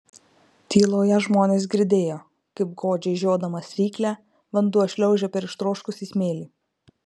tyloje žmonės girdėjo kaip godžiai žiodamas ryklę vanduo šliaužia per ištroškusį smėlį